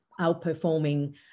outperforming